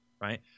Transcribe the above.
Right